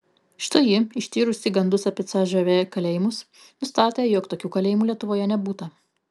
štai ji ištyrusi gandus apie cžv kalėjimus nustatė jog tokių kalėjimų lietuvoje nebūta